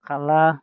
खाला